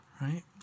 right